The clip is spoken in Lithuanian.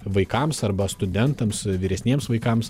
vaikams arba studentams vyresniems vaikams